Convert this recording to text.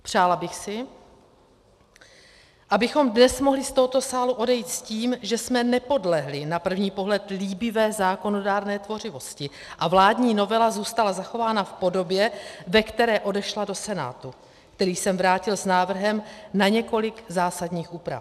Přála bych si, abychom dnes mohli z tohoto sálu odejít s tím, že jsme nepodlehli na první pohled líbivé zákonodárné tvořivosti a vládní novela zůstala zachována v podobě, ve které odešla do Senátu, který ji sem vrátil s návrhem na několik zásadních úprav.